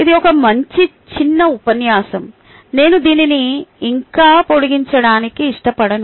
ఇది ఒక మంచి చిన్న ఉపన్యాసం నేను దీనిని ఇంకా పొడిగించడానికి ఇష్టపడను